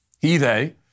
he-they